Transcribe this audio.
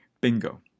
Bingo